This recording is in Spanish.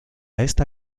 esta